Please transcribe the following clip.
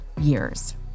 years